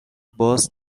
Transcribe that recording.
باز